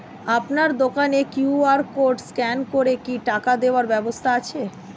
আপনার দোকানে QR code scan করে কি টাকা দেওয়ার ব্যবস্থা আছে?